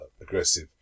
aggressive